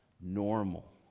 normal